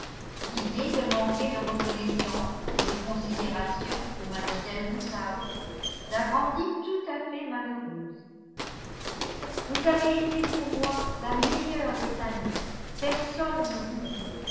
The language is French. l'idée de manquer de reconnaissance et de considération pour mlle woodhouse la rendit tout à fait malheureuse vous ayez été pour moi la meilleure des amies personne ne vous vaut